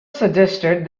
suggested